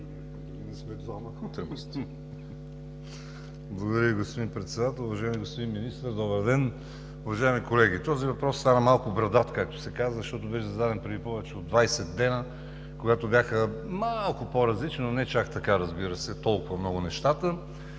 Благодаря Ви, господин Председател. Уважаеми господин Министър, добър ден! Уважаеми колеги, този въпрос стана малко брадат, както се казва, защото беше зададен преди повече от 20 дни, когато бяха малко по-различни, но не чак така, разбира се, толкова много нещата.